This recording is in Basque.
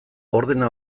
ordena